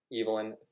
Evelyn